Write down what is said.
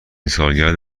سالگرد